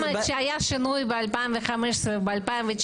כי פעם כשהיה שינוי -2015 וב-2019,